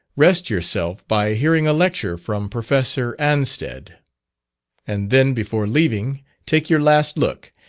rest yourself by hearing a lecture from professor anstead and then before leaving take your last look,